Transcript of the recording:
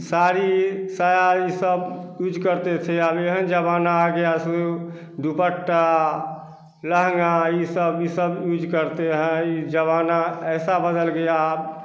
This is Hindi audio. साड़ी साय यह सब कुछ करते थे अब यही ज़माना आ गया सो दुपट्टा लहँगा यह सब यह सब यूज करते हैं यह ज़माना ऐसा बदल गया